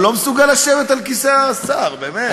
הוא לא מסוגל לשבת על כיסא השר, באמת.